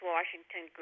Washington